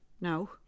No